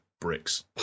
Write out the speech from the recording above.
bricks